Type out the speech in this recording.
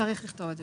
צריך לכתוב את זה